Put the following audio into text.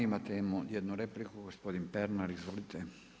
Imamo jednu repliku, gospodin Pernar, izvolite.